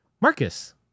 Marcus